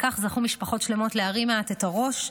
בכך זכו משפחות שלמות להרים מעט את הראש,